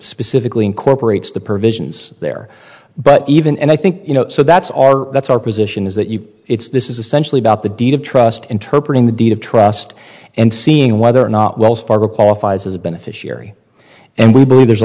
specifically incorporates the provisions there but even anything you know so that's our that's our position is that you it's this is essentially about the deed of trust interpret in the deed of trust and seeing whether or not wells fargo qualifies as a beneficiary and we believe there's a